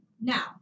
Now